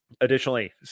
Additionally